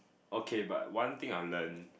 okay but one thing I'll learn